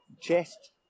chest